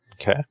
okay